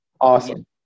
Awesome